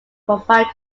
profile